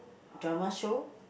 drama show